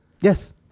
Yes